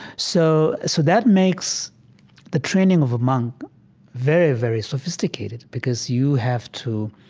so so that makes the training of a monk very, very sophisticated, because you have to,